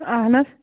اَہَن حظ